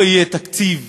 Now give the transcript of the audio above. לא יהיה תקציב